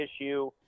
issue